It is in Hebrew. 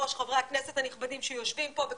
חברי הכנסת הנכבדים שיושבים פה --- יש לנו הרבה צופים בזום,